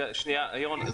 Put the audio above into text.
ירון,